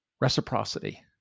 Reciprocity